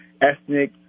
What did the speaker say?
ethnic